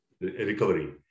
recovery